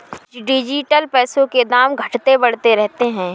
digital पैसों के दाम घटते बढ़ते रहते हैं